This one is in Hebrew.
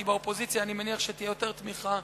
כי באופוזיציה אני מניח שתהיה יותר תמיכה,